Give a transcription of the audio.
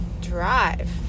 drive